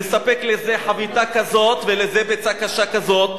לספק לזה חביתה כזאת ולזה ביצה קשה כזאת,